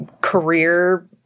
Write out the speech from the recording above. career